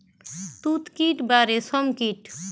তুত কীট বা রেশ্ম কীট